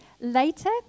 Later